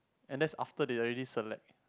and that's after they already select